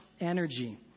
energy